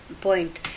point